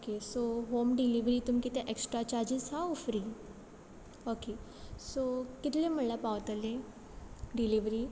okay so home delivery तुमकां कितें extra charges आसा वो फ्री ओके सो कितले म्हटल्या पावतले डिलीवरी